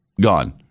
gone